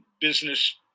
business